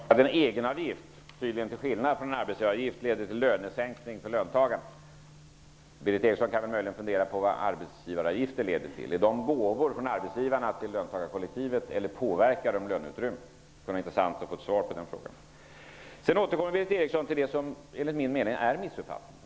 Fru talman! Berith Eriksson säger att en egenavgift -- tydligen till skillnad från en arbetsgivaravgift -- leder till en lönesäkning för löntagarna. Berith Eriksson kan möjligen fundera över vad arbetsgivaravgifter leder till. Är de gåvor från arbetsgivarna till löntagarkollektivet, eller påverkar de löneutrymmet? Det skulle vara intressant att få ett svar på den frågan. Berith Eriksson återkommer till det som enligt min mening är en missuppfattning.